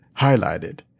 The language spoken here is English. highlighted